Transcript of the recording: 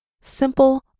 simple